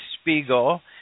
Spiegel